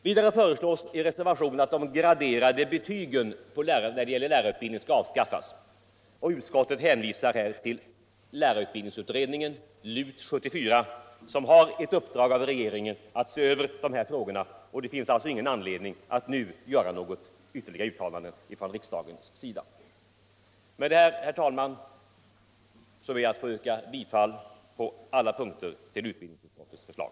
Vidare föreslås i en reservation att de graderade betygen skall avskaffas. Utskottet hänvisar här till lärarutbildningsutredningen, LUT 74, som har ett uppdrag av regeringen att se över dessa frågor. Det finns alltså ingen anledning att göra något ytterligare uttalande från riksdagens sida. Med detta, herr talman, ber jag att få yrka bifall på alla punkter till utbildningsutskottets förslag.